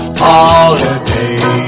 holiday